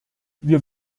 wir